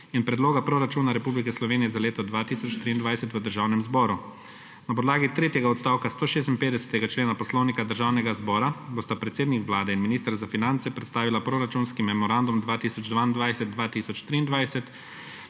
in Predloga proračuna Republike Slovenije za leto 2023 v Državnem zboru. Na podlagi tretjega odstavka 156. člena Poslovnika Državnega zbora bosta predsednik Vlade in minister za finance predstavila proračunski memorandum 2022−2023: